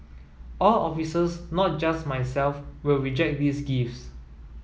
all officers not just myself will reject these gifts